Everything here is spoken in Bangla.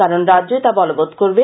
কারণ রাজ্যই তা বলবত করবে